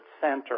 center